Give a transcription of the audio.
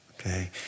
okay